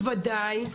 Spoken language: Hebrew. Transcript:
ודאי,